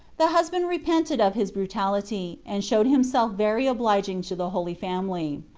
the husband re pented of his brutality, and showed himself very obliging to the holy family.